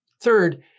Third